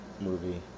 movie